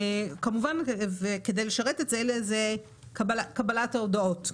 כמובן, כדי לשרת את זה, יש את קבלת ההודעות.